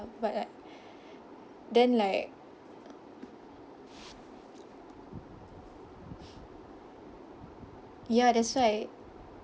but like then like ya that's why